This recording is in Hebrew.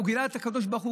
הוא גילה את הקדוש ברוך הוא,